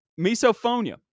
Misophonia